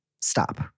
stop